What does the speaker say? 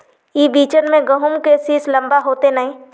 ई बिचन में गहुम के सीस लम्बा होते नय?